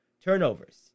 Turnovers